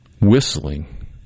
whistling